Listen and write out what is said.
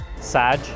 SAJ